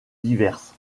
diverses